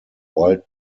wild